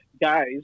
guys